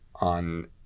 on